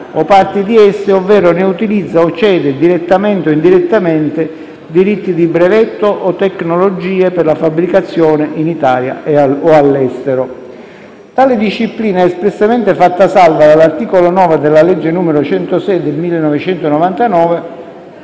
o parti di esse, ovvero ne utilizza o cede, direttamente o indirettamente, diritti di brevetto o tecnologie per la fabbricazione, in Italia o all'estero. Tale disciplina è espressamente fatta salva dall'articolo 9 della legge n. 106 del 1999,